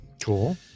cool